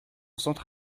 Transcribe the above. centre